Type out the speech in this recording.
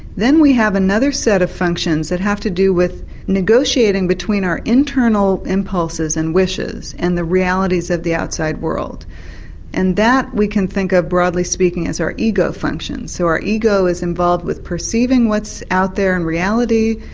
then we have another another set of functions that have to do with negotiating between our internal impulses and wishes and the realities of the outside world and that we can think of broadly speaking as our ego functions. so our ego is involved with perceiving what's out there in reality,